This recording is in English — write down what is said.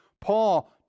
Paul